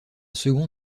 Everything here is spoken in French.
second